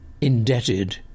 indebted